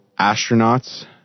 Astronauts